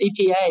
EPA